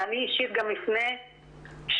אני אישית גם אפנה שוב